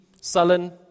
sullen